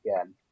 again